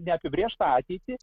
neapibrėžtą ateitį